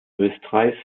österreichs